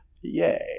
Yay